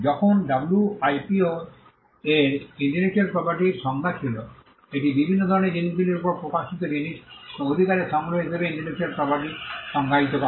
যখন ডব্লিউআইপিও এর ইন্টেলেকচুয়াল প্রপার্টির সংজ্ঞা ছিল এটি বিভিন্ন ধরণের জিনিসগুলির উপর প্রকাশিত জিনিস বা অধিকারের সংগ্রহ হিসাবে ইন্টেলেকচুয়াল প্রপার্টিকে সংজ্ঞায়িত করে